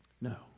No